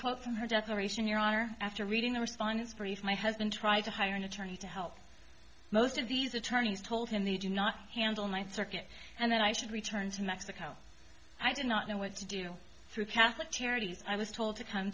quote from her death aeration your honor after reading the responses brief my husband tried to hire an attorney to help most of these attorneys told him they do not handle my target and i should return to mexico i do not know what to do through catholic charities i was told to come